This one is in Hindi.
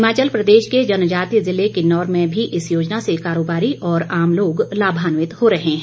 हिमाचल प्रदेश के जनजातीय ज़िले किन्नौर में भी इस योजना से कारोबारी और आम लोग लाभान्वित हो रहे हैं